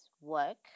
work